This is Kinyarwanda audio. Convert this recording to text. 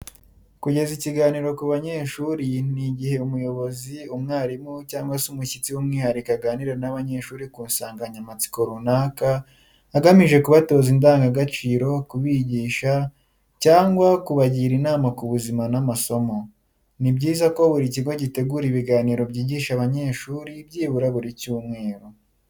Kugeza ikiganiro ku banyeshuri ni igihe umuyobozi, umwarimu, cyangwa umushyitsi w’umwihariko aganira n’abanyeshuri ku nsanganyamatsiko runaka, agamije kubatoza indangagaciro, kubigisha, cyangwa kubagira inama ku buzima n’amasomo. Ni byiza ko buri kigo gitegura ibiganiro byigisha abanyeshuru byibura buri cyumweru.